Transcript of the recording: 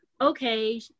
okay